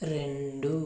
రెండు